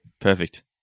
Perfect